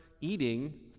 eating